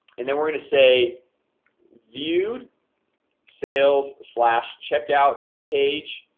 and then we're gonna say viewed sales slash checked out page